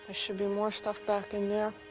should be more stuff back in there.